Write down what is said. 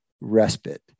respite